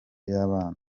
y’abana